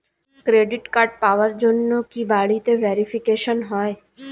Credit card পাওয়ার জন্য কি বাড়িতে ভেরিফিকেশন হয়?